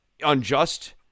unjust